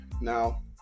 Now